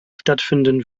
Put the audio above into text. stattfinden